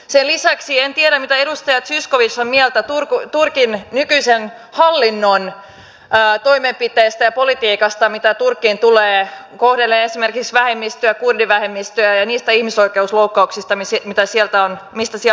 sen lisäksi en tiedä mitä edustaja zyskowicz on mieltä turkin nykyisen hallinnon toimenpiteistä ja politiikasta mitä turkkiin tulee siitä miten se kohtelee esimerkiksi vähemmistöä kurdivähemmistöä ja niistä ihmisoikeusloukkauksista mistä sieltä on kuultu